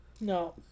No